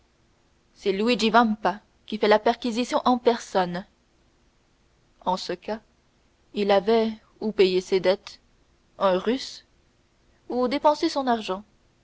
c'est luigi vampa qui a fait la perquisition en personne en ce cas il avait ou payé ses dettes un russe ou dépensé son argent